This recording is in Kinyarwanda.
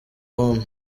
hon